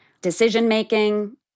decision-making